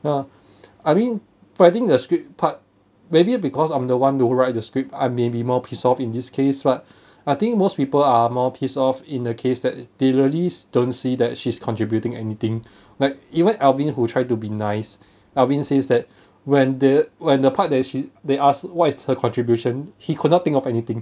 ya I mean writing the script part maybe because I'm the one to write the script I may be more pissed off in this case but I think most people are more pissed off in the case that they really don't see that she's contributing anything like even alvin who try to be nice alvin says that when the when the part that she they ask what is her contribution he could not think of anything